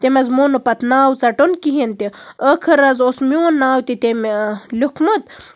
تٔمۍ حظ مون نہٕ پَتہٕ ناو ژَٹُن کِہینۍ تہِ ٲخٔر حظ اوس میون ناو تہِ تٔمۍ لیوٗکھمُت